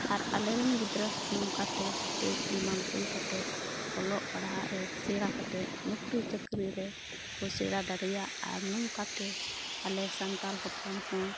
ᱟᱨ ᱟᱞᱮᱨᱮᱱ ᱜᱤᱫᱽᱨᱟᱹ ᱱᱚᱝᱠᱟᱛᱮ ᱴᱮᱠ ᱫᱤᱢᱟᱜᱽ ᱦᱩᱭ ᱠᱟᱛᱮᱫ ᱚᱞᱚᱜ ᱯᱟᱲᱦᱟᱜ ᱨᱮ ᱥᱮᱬᱟ ᱠᱟᱛᱮᱫ ᱱᱚᱠᱨᱤ ᱪᱟᱹᱠᱨᱤ ᱨᱮᱠᱚ ᱥᱮᱬᱟ ᱫᱟᱲᱮᱭᱟᱜ ᱟᱨ ᱱᱚᱝᱠᱟᱛᱮ ᱟᱞᱮ ᱥᱟᱱᱛᱟᱞ ᱦᱚᱯᱚᱱ ᱦᱚᱸ